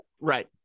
Right